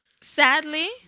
sadly